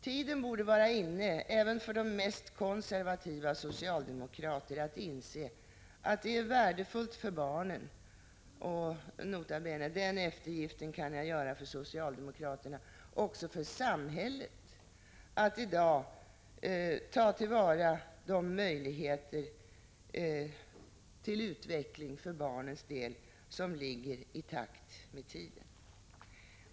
Tiden borde vara inne för de mest konservativa socialdemokrater att inse att det är värdefullt för barnen men — nota bene, den eftergiften kan jag göra för socialdemokraterna — också för samhället, att i dag ta till vara möjligheterna till utveckling för barnens del i takt med tiden.